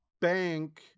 bank